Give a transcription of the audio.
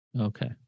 Okay